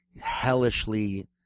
hellishly